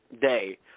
day